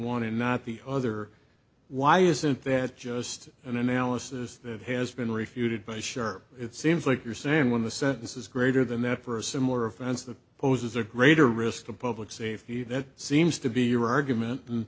want and not the other why isn't that just an analysis that has been refuted by sure it seems like you're saying when the sentence is greater than that for a similar offense that poses a greater risk of public safety that seems to be your argument and